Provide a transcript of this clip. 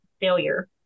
failure